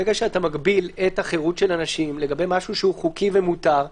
ברגע שאתה מגביל את החירות של אנשים לגבי משהו שהוא חוקי ומותר,